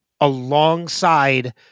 alongside